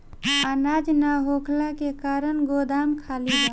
अनाज ना होखला के कारण गोदाम खाली बा